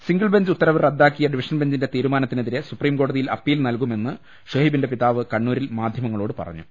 single bench ഉത്തരവ് റദ്ദാക്കിയ division ബെഞ്ചിന്റെ തീരുമാനത്തിനെതിരെ സുപ്രീംകോടതിയിൽ അപ്പീൽ നൽകുമെ ന്ന് ഷുഹൈബിന്റെ പിതാവ് കണ്ണൂരിൽ മാധ്യമങ്ങളോട് പറഞ്ഞു